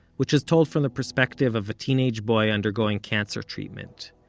which is told from the perspective of a teenage boy undergoing cancer treatment.